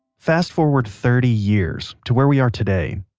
fast forward thirty years to where we are today.